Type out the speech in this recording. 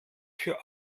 für